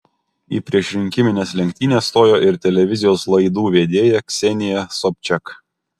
į priešrinkimines lenktynes stojo ir televizijos laidų vedėja ksenija sobčiak